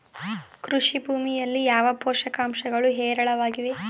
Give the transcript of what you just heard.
ಕೃಷಿ ಭೂಮಿಯಲ್ಲಿ ಯಾವ ಪೋಷಕಾಂಶಗಳು ಹೇರಳವಾಗಿವೆ?